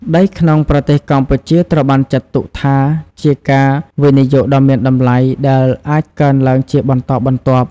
ដីក្នុងប្រទេសកម្ពុជាត្រូវបានចាត់ទុកថាជាការវិនិយោគដ៏មានតម្លៃ ដែលអាចកើនឡើងជាបន្តបន្ទាប់។